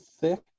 thick